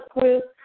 group